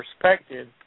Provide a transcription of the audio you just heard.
perspective